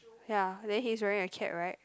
ya then he's wearing a cap right